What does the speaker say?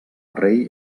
rei